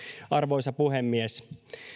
arvoisa puhemies